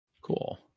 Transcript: Cool